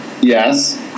Yes